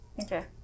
Okay